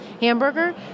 hamburger